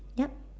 yap